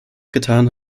getan